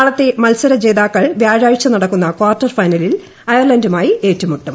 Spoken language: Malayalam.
നാളത്തെ മത്സര ജേതാക്കൾ വ്യാഴാഴ്ച നടക്കുന്ന കാർട്ടർ ഫൈനലിൽ ഐർലന്റുമായി ഏറ്റുമുട്ടും